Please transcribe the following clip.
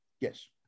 Yes